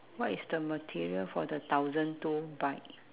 what is the material for the thousand two bike